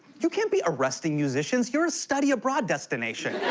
you can't be arresting musicians. you're a study abroad destination.